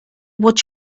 what